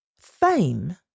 fame